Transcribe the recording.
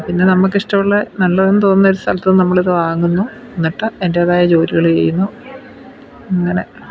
പിന്നെ നമുക്കിഷ്ടമുള്ളത് നല്ലതെന്നു തോന്നുന്ന ഒരു സ്ഥലത്തു നിന്ന് നമ്മളിതു വാങ്ങുന്നു എന്നിട്ട് എൻറ്റേതായ ജോലികൾ ചെയ്യുന്നു അങ്ങനെ